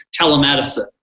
telemedicine